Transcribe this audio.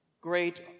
great